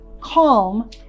calm